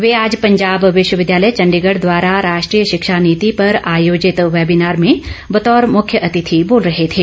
वे आज पंजाब विश्वविद्यालय चण्डीगढ़ द्वारा राष्ट्रीय शिक्षा नीति पर आयोजित वेबिनार में बतौर मुख्यातिथि बोल रहे थे